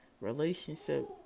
relationship